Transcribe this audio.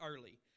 early